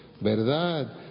verdad